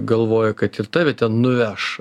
galvoji kad ir tave ten nuveš